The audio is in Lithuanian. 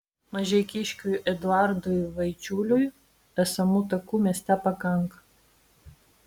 mažeikiškiui eduardui vaičiuliui esamų takų mieste pakanka